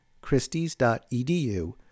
Christie's.edu